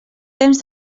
temps